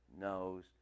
knows